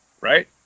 right